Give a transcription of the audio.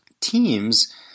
teams